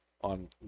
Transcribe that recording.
on